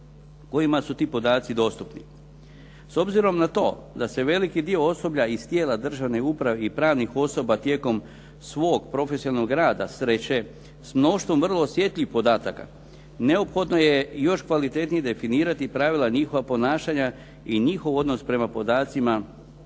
kojima su ti podaci dostupni. S obzirom na to da se veliki dio osoblja iz tijela državne uprave i pravnih osoba tijekom svog profesionalnog rada sreće s mnoštvom vrlo osjetljivih podataka neophodno je još kvalitetnije definirati pravila njihovog ponašanja i njihov odnos prema podacima